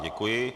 Děkuji.